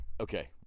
Okay